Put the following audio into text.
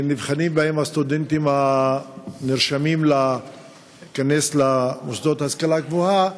שנבחנים בהן הסטודנטים הנרשמים למוסדות ההשכלה הגבוהה,